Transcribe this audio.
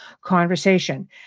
conversation